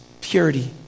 purity